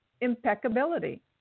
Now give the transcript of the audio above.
impeccability